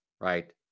right